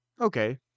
okay